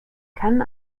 kann